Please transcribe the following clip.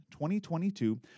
2022